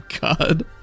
god